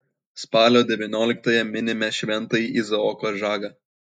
spalio devynioliktąją minime šventąjį izaoką žagą